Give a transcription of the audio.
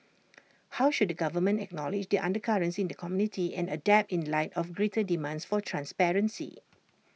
how should the government acknowledge the undercurrents in the community and adapt in light of greater demands for transparency